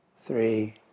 three